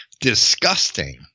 disgusting